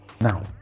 now